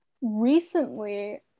Recently